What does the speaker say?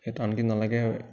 সেই টাউনখিনি নালাগে